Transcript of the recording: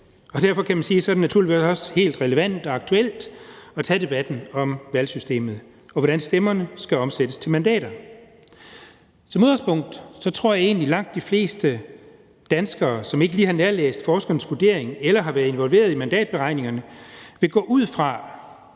sige, at det naturligvis er helt relevant og aktuelt at tage debatten om valgsystemet, og hvordan stemmerne skal omsættes til mandater. Som udgangspunkt tror jeg egentlig, at langt de fleste danskere, som ikke lige har nærlæst forskernes vurdering eller har været involveret i mandatberegningerne, vil gå ud fra,